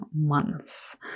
months